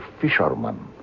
fisherman